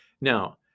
Now